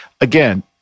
again